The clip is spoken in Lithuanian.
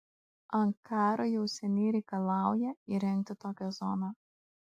ankara jau seniai reikalauja įrengti tokią zoną